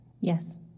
Yes